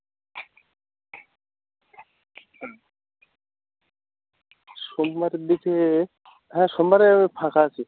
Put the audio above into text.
সোমবারের দিকে হ্যাঁ সোমবারে আমি ফাঁকা আছি